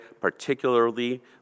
particularly